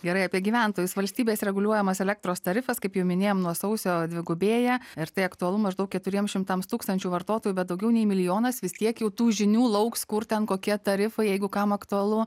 gerai apie gyventojus valstybės reguliuojamas elektros tarifas kaip jau minėjom nuo sausio dvigubėja ir tai aktualu maždaug keturiems šimtams tūkstančių vartotojų bet daugiau nei milijonas vis tiek jau tų žinių lauks kur ten kokie tarifai jeigu kam aktualu